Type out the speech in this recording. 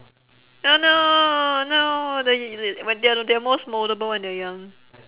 oh no no they the~ wh~ the~ th~ they're most mouldable when they're young